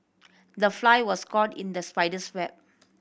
the fly was caught in the spider's web